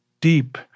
deep